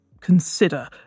consider